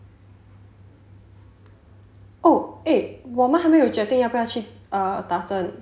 oh eh 我们还没有决定要不要去打针